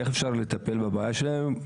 איך אפשר לטפל בבעיה שלהם.